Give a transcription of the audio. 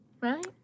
Right